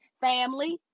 family